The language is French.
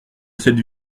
cette